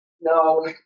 no